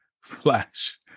Flash